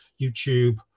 YouTube